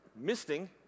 misting